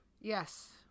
Yes